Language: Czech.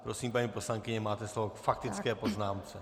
Prosím, paní poslankyně, máte slovo k faktické poznámce.